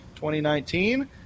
2019